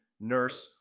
nurse